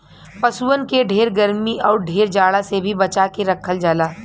पसुअन के ढेर गरमी आउर ढेर जाड़ा से भी बचा के रखल जाला